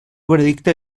veredicte